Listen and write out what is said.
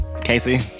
Casey